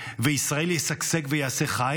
וישראל ישגשג ויעשה חיל,